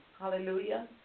hallelujah